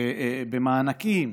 במענקים.